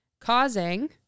Causing